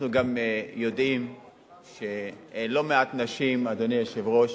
אנחנו גם יודעים שלא מעט נשים, אדוני היושב-ראש,